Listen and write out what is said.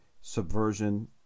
subversion